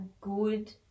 good